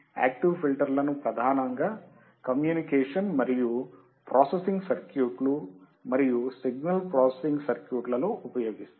active ఫిల్టర్లను ప్రధానంగా communication మరియు ప్రాసెసింగ్ సర్క్యూట్లు మరియు సిగ్నల్ ప్రాసెసింగ్ సర్క్యూట్లలో ఉపయోగిస్తారు